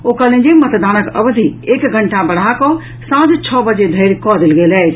ओ कहलनि जे मतदानक अवधि एक घंटा बढ़ा कऽ सांझ छओ बजे धरि कऽ देल गेल अछि